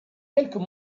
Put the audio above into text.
quelques